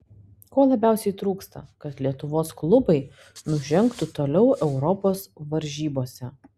ko labiausiai trūksta kad lietuvos klubai nužengtų toliau europos varžybose